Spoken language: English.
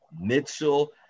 Mitchell